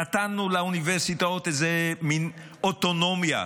נתנו לאוניברסיטאות איזו מין אוטונומיה,